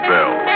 Bell